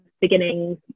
beginnings